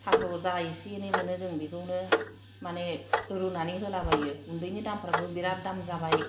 थास' जा एसे एनै मोनो जों बेखौनो माने रुनानै होलाबायो गुन्दैनि दामफ्राबो बेराद दाम जाबाय